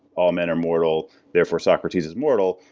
all men are mortal. therefore, socrates is mortal.